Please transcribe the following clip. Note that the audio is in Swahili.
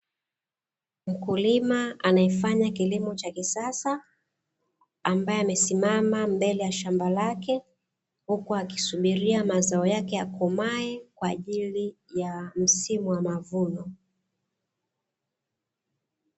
Mkulima anayefanya kilimo cha kisasa ambaye amesimama mbele ya shamba lake. Huku akisubilia mazao yake yakomae kwa ajiri ya msimu wa mavuno.